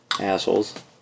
Assholes